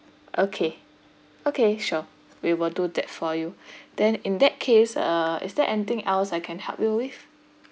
okay okay sure we will do that for you then in that case uh is there anything else I can help you with